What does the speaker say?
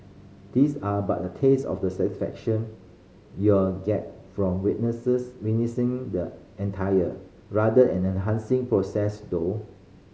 these are but a taste of the satisfaction you'll get from witnesses witnessing the entire rather enchanting process though